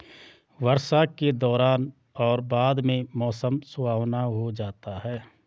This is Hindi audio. वर्षा के दौरान और बाद में मौसम सुहावना हो जाता है